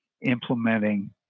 implementing